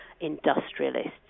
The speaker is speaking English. industrialists